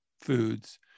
foods